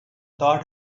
thought